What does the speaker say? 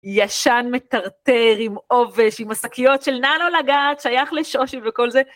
ישן מטרטר עם עובש, עם השקיות של נא לא לגעת, שייך לשושי וכל זה.